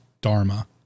Dharma